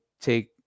take